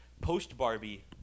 post-Barbie